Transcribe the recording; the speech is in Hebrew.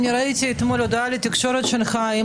ראיתי אתמול הודעה שלך לתקשורת עם